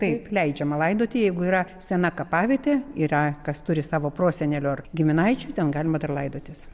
taip leidžiama laidoti jeigu yra sena kapavietė yra kas turi savo prosenelių ar giminaičių ten galima dar laidotis